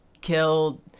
killed